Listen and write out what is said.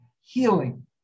healing